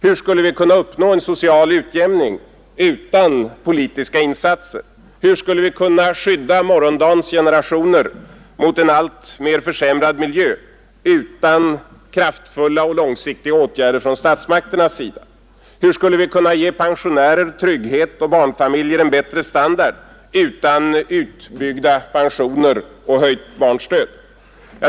Hur skulle vi kunna uppnå en social utjämning utan politiska insatser? Hur skulle vi kunna skydda morgondagens generationer mot en alltmer försämrad miljö utan kraftfulla och långsiktiga åtgärder från statsmakternas sida? Hur skulle vi kunna ge pensionärer trygghet och barnfamiljer en bättre standard utan utbyggda pensioner och höjt barnstöd?